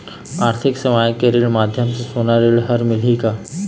आरथिक सेवाएँ के माध्यम से सोना ऋण हर मिलही का?